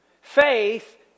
Faith